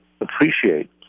appreciate